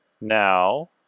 Now